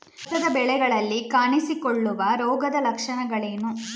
ಭತ್ತದ ಬೆಳೆಗಳಲ್ಲಿ ಕಾಣಿಸಿಕೊಳ್ಳುವ ರೋಗದ ಲಕ್ಷಣಗಳೇನು?